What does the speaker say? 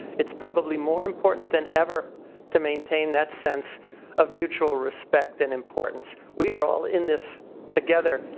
it's probably more important than ever to maintain that sense of mutual respect and importance. we are all in this together.